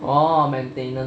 oh maintenance